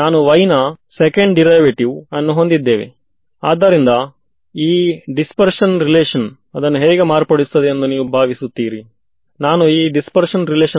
ನಾನು ಇಷ್ಟರವರೆಗೆ ಏನನ್ನು ಕಂಡು ಹಿಡಿದಿದ್ದೇನೆ ನಾವು ಹೇಳೋಣ Aub ಇದನ್ನು ಬಗೆಹರಿಸಿದ್ದೇವೆ ಇದು ನನ್ನ ಕಂಪ್ಯೂಟೇಷನಲ್ ಡೊಮೈನ್